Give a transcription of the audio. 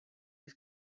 his